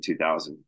2000